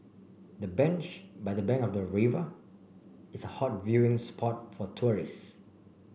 the bench by the bank of the river is a hot viewing spot for tourists